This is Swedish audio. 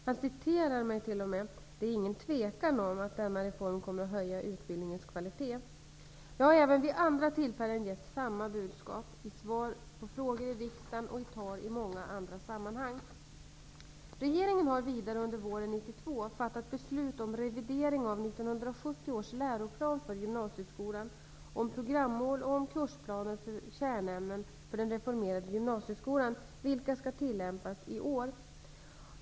Han citerar mig t.o.m.: ''Det är ingen tvekan om att denna reform kommer att höja utbildningens kvalitet.'' Jag har även vid andra tillfällen gett samma budskap, i svar på frågor i riksdagen och i tal i många andra sammanhang. Regeringen har vidare under våren 1992 fattat beslut om revidering av 1970 års läroplan för gymnasieskolan, om programmål och om kursplaner för kärnämnen för den reformerade gymnasieskolan, vilka skall tillämpas i år.